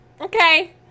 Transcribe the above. Okay